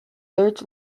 third